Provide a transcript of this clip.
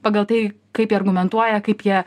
pagal tai kaip jie argumentuoja kaip jie